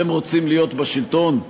אתם רוצים להיות בשלטון?